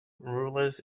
rulers